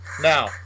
Now